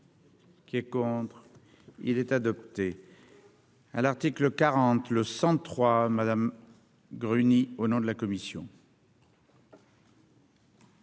Qui est contre, il est adopté. à l'article 40 le sang trois Madame Gruny au nom de la commission.